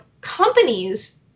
companies